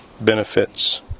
benefits